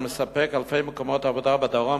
המספק אלפי מקומות עבודה בדרום,